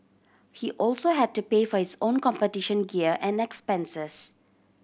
he also had to pay for his own competition gear and expenses